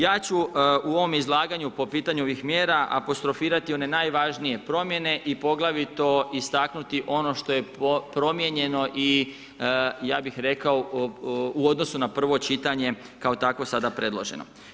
Ja ću u ovom izlaganju po pitanju ovih mjera apostrofirati one najvažnije promjene i poglavito istaknuti ono što je promijenjeno i ja bih rekao u odnosu na prvo čitanje kao takvo sada predloženo.